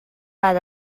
بعد